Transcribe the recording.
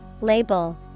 Label